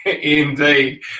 Indeed